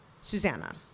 Susanna